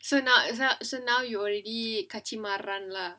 so now so now you already கட்சி மாறுறான்:katchi maaruraan lah